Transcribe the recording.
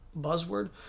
buzzword